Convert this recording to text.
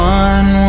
one